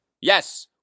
yes